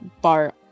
bar